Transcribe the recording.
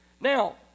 Now